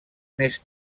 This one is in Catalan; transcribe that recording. més